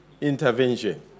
intervention